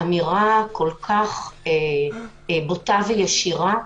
אמירה כל כך בוטה וישירה.